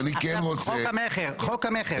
אגב, חוק המכר.